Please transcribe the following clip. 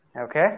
Okay